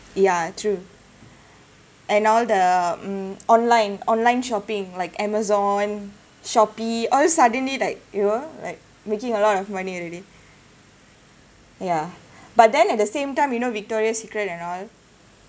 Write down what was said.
ya true and all the hmm online online shopping like amazon shopee all suddenly like you know like making a lot of money already ya but then at the same time you know victoria secret and all